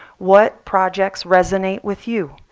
what projects resonate with you?